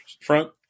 front